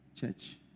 church